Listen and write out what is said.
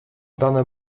dane